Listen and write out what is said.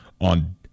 on